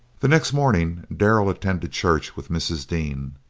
the next morning darrell attended church with mrs. dean.